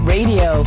Radio